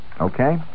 Okay